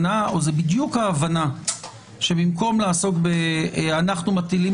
בדיוק ההבנה שבמקום לעסוק ב"אנחנו מטילים